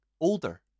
Older